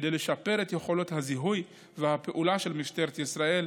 כדי לשפר את יכולות הזיהוי והפעולה של משטרת ישראל,